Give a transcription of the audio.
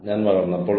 ഇത് വളരെ നല്ലതാണ്